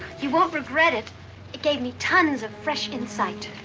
you won't regret it. it gave me tons of fresh insight.